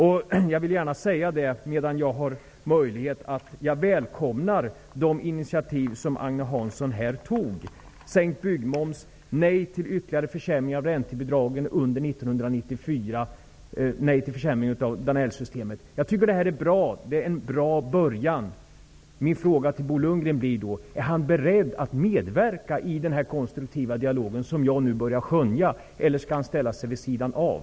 Medan jag har möjlighet vill jag säga att jag välkomnar de initiativ som Agne Hansson tog till sänkt byggmoms och för att motverka ytterligare försämringar av räntebidragen under 1994, och av Danellsystemet. Jag tycker att det är en bra början. Min fråga till Bo Lundgren är: Är han beredd att medverka i den konstruktiva dialog som jag nu börjar skönja, eller skall han ställa sig vid sidan av?